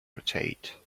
rotate